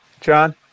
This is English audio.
John